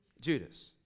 Judas